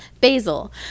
basil